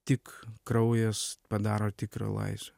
tik kraujas padaro tikrą laisvę